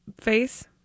face